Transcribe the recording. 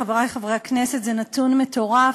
חברי חברי הכנסת, זה נתון מטורף.